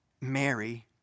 Mary